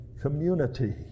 community